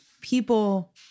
people